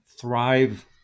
thrive